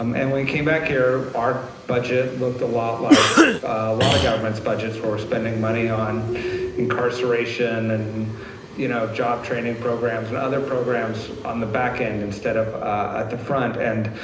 um and we came back here our budget looked a lot like a lot of governments budgets we were spending money on incarceration and you know job training programs and other programs on the back end instead of at the front end.